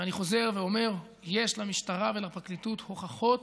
ואני חוזר ואומר שיש למשטרה ולפרקליטות הוכחות